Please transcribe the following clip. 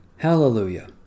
Hallelujah